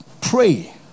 Pray